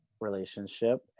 relationship